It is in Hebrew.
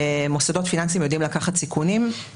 מוסדות פיננסיים יודעים לקחת סיכונים.